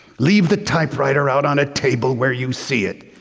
leave the typewriter out on a table where you see it.